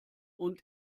und